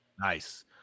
Nice